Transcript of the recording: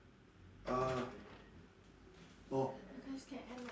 uh orh